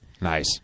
Nice